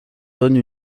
donne